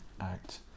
act